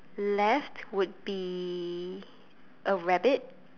left would be a rabbit